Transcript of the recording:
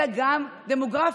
אלא גם דמוגרפית,